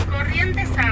Corrientes